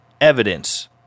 evidence